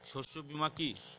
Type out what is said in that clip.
শস্য বীমা কি?